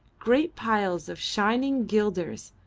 great piles of shining guilders,